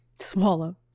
Swallow